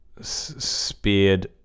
speared